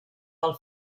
del